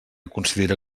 considera